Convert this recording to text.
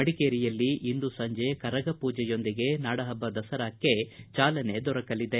ಮಡಿಕೇರಿಯಲ್ಲಿ ಇಂದು ಸಂಜೆ ಕರಗಪೂಜೆಯೊಂದಿಗೆ ನಾಡಪಬ್ಲ ದಸರಾಕ್ಷೆ ಚಾಲನೆ ದೊರಕಲಿದೆ